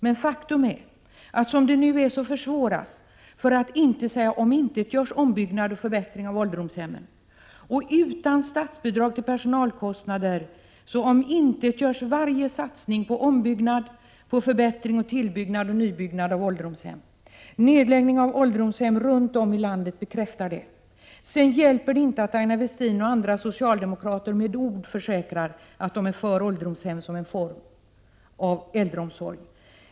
Men faktum är att som det nu är försvåras, för att inte säga omöjliggörs, ombyggnad och förbättring av ålderdomshemmen. Utan statsbidrag till personalkostnader omintetgörs varje satsning på ombyggnad, förbättring, tillbyggnad och nybyggnad av ålderdomshem. Nedläggning av ålderdomshemmen runt om i landet bekräftar detta. Det hjälper inte att Aina Westin och andra socialdemokrater i ord försäkrar att de är för ålderdomshemmen som en form av äldreomsorg.